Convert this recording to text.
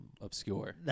obscure